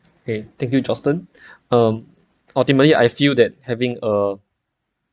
okay thank you justin um ultimately I feel that having a